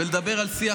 ולדבר על שיח